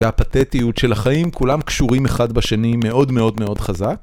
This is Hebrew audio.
והפתטיות של החיים, כולם קשורים אחד בשני, מאוד מאוד מאוד חזק.